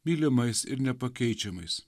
mylimais ir nepakeičiamais